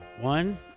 one